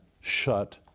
shut